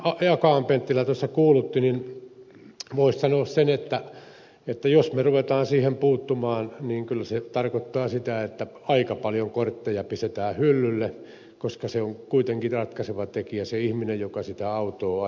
akaan penttilä tuossa peräänkuulutti voisi sanoa sen että jos me rupeamme siihen puuttumaan niin kyllä se tarkoittaa sitä että aika paljon kortteja pistetään hyllylle koska se on kuitenkin ratkaiseva tekijä se ihminen joka sitä autoa ajaa